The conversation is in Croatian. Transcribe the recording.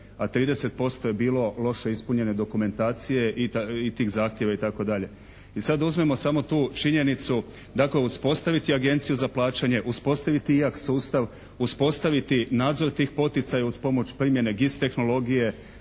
a 30% je bilo loše ispunjene dokumentacije i tih zahtjeva itd. I sad uzmimo tu činjenicu, dakle uspostaviti Agenciju za plaćanje, uspostaviti i jak sustav, uspostaviti nadzor tih poticaja uz pomoć primjene iz tehnologije,